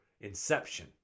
inception